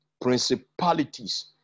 principalities